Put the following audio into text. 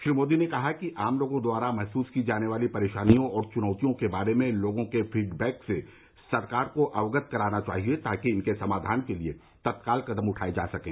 श्री मोदी ने कहा कि आम लोगों द्वारा महसूस की जाने वाली परेशानियों और चुनौतियों के बारे में लोगों के फीडबैक से सरकार को अवगत कराना चाहिए ताकि इनके समाधान के लिए तत्काल कदम उठाये जा सकें